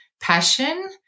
passion